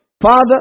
Father